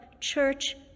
Church